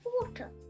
water